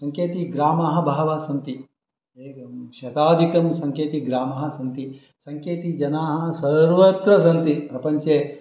सङ्केतिग्रामाः बहवः सन्ति एवं शतादिकं सङ्केतीग्रामाः सन्ति सङ्केतीजनाः सर्वत्र सन्ति प्रपञ्चे